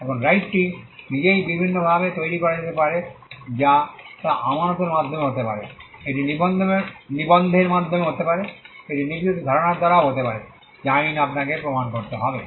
এখন রাইটটি নিজেই বিভিন্নভাবে তৈরি করা যেতে পারে যা তা আমানতের মাধ্যমে হতে পারে এটি নিবন্ধের মাধ্যমে হতে পারে এটি নির্দিষ্ট ধারণার দ্বারাও হতে পারে যা আইন আপনাকে প্রমাণ করতে হবে